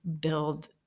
build